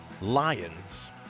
Lions